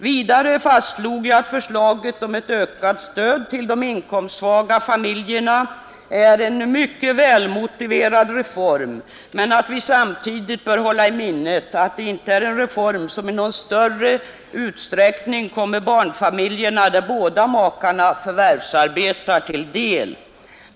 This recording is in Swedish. Vidare fastslog jag att förslaget om ett ökat stöd till de inkomstsvaga familjerna är en mycket välmotiverad reform, men att vi samtidigt bör hålla i minnet att det inte är en reform som i någon större utsträckning kommer barnfamiljer där båda makarna förvärvsarbetar till del.